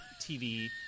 TV